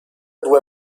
due